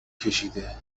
کشیده